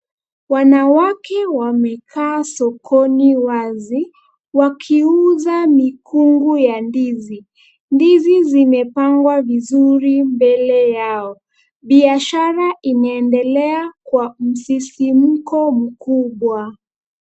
Wanawake wamekaa sokoni wazi wakiuza mikungu ya ndizi. Ndizi zimepangwa vizuri mbele yao. Biashara inaendelea kwa msisimko mkubwa.